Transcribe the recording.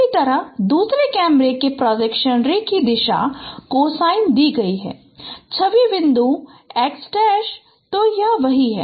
इसी तरह दूसरे कैमरे के प्रोजेक्शन रे की दिशा कोसाइन दी गई छवि बिंदु x तो यह वही है